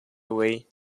away